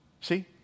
See